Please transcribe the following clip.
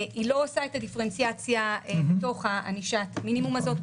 היא לא עושה את הדיפרנציאציה בתוך ענישת המינימום הזאת.